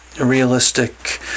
realistic